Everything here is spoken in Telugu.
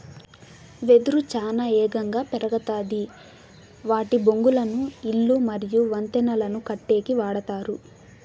వెదురు చానా ఏగంగా పెరుగుతాది వాటి బొంగులను ఇల్లు మరియు వంతెనలను కట్టేకి వాడతారు